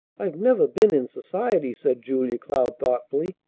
i've never been in society, said julia cloud thoughtfully.